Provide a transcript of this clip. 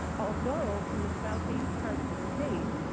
although from the southeast part of the state,